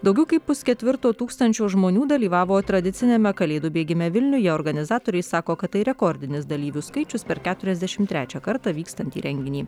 daugiau kaip pusketvirto tūkstančio žmonių dalyvavo tradiciniame kalėdų bėgime vilniuje organizatoriai sako kad tai rekordinis dalyvių skaičius per keturiasdešim trečią kartą vykstantį renginį